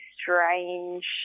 strange